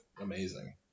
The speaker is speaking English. amazing